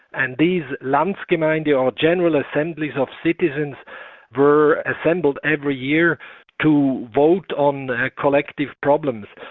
and these landsgemeinde, yeah or general assemblies of citizens were assembled every year to vote on collective problems.